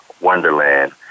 wonderland